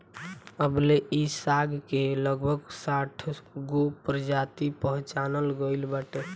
अबले इ साग के लगभग साठगो प्रजाति पहचानल गइल बाटे